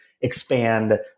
expand